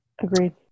Agreed